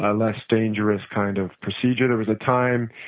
ah less dangerous kind of procedure. there was a time,